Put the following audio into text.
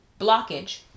blockage